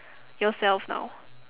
yourself now